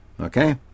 okay